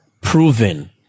proven